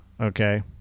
okay